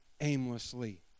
aimlessly